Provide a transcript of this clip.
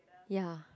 ya